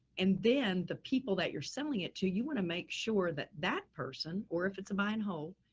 and then the people that you're selling it to, you want to make sure that that person or if it's a buy and hold,